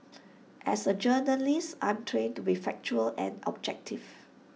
as A journalist I'm trained to be factual and objective